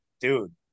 dude